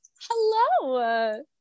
Hello